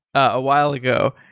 a while ago.